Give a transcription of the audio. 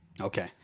Okay